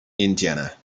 indiana